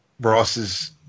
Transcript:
Ross's